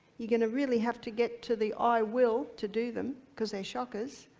you're gonna really have to get to the i will to do them because they're shockers.